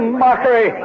mockery